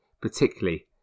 particularly